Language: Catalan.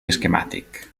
esquemàtic